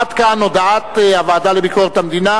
עד כאן הודעת הוועדה לביקורת המדינה,